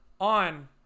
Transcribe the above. on